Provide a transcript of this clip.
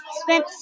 spent